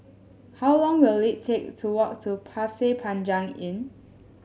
how long will it take to walk to Pasir Panjang Inn